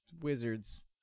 wizards